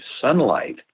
sunlight